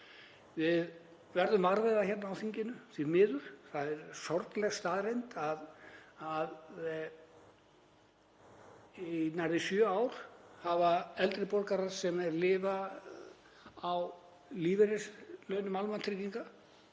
Við verðum vör við það hérna á þinginu því miður, það er sorgleg staðreynd að í nærri sjö ár hafa eldri borgarar sem lifa á lífeyrislaunum almannatrygginga